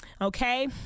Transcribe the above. okay